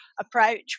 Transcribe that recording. approach